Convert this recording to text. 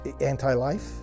anti-life